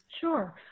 Sure